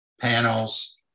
panels